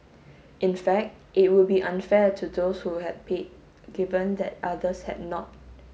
in fact it would be unfair to those who had paid given that others had not